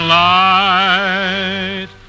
light